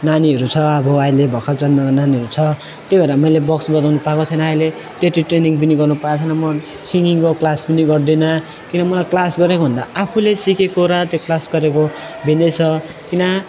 नानीहरू छ अब अहिले भर्खर जन्मेको नानीहरू छ त्यो भएर मैले बक्स बजाउनु पाएको छैन अहिले त्यति ट्रेनिङ पनि गर्नु पाएको छैन म सिङगिङको क्लास पनि गर्दिनँ किनभने मलाई क्लास गरेको भन्दा आफूले सिकेको र त्यो क्लास गरेको भिन्दै छ किन